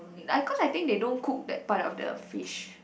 like cause I think they don't cook that part of the fish